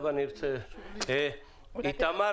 איתמר